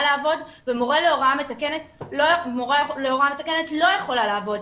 לעבוד ומורה להוראה מתקנת לא יכולה לעבוד?